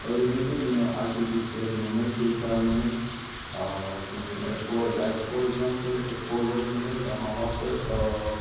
ओरैनोथ' जोङो आर्टिफिसियेल मोनो फिल्टार मोनो जोंनि फर एग्जाम्पोल एकुवागार्ड मोनो बा माबाफोर